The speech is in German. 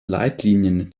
leitlinien